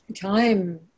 Time